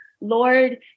Lord